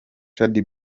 shaddy